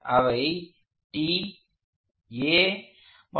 அவை T a மற்றும்